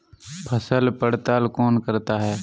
फसल पड़ताल कौन करता है?